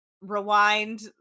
Rewind